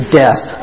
death